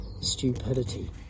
stupidity